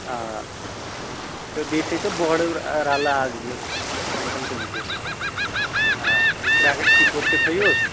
آ تہٕ بیٚیہِ تھٲوِو تُہۍ بوڑُر رلہٕ اکھ زٕ کۄینٛٹل تِم تہِ آ زٕ ترٛےٚ اگر کِکُر تہِ تھٲوِہوٗس